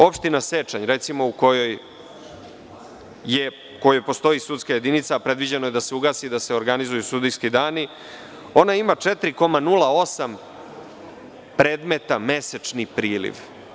Opština Sečanj, u kojoj postoji sudska jedinica a predviđeno je da se ugasi i da se organizuju sudijski dani, ima 4,08 predmeta mesečni priliv.